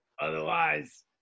otherwise